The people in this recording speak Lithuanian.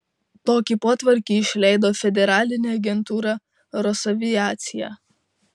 tokį potvarkį išleido federalinė agentūra rosaviacija